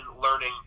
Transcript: learning